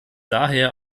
daher